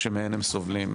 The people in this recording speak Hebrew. שמהן הם סובלים.